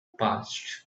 passed